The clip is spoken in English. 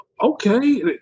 Okay